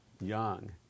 young